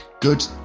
good